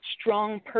strong